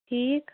ٹھیٖک